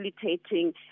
facilitating